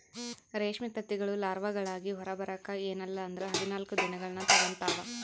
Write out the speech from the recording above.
ರೇಷ್ಮೆ ತತ್ತಿಗಳು ಲಾರ್ವಾಗಳಾಗಿ ಹೊರಬರಕ ಎನ್ನಲ್ಲಂದ್ರ ಹದಿನಾಲ್ಕು ದಿನಗಳ್ನ ತೆಗಂತಾವ